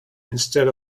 instead